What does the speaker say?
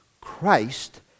Christ